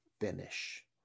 finish